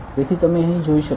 તેથી તમે અહીં જોઈ શકો છો